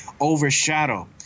overshadow